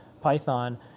Python